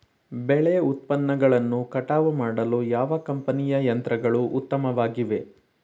ಬೆಳೆ ಉತ್ಪನ್ನಗಳನ್ನು ಕಟಾವು ಮಾಡಲು ಯಾವ ಕಂಪನಿಯ ಯಂತ್ರಗಳು ಉತ್ತಮವಾಗಿವೆ?